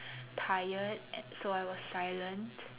tired so I was silent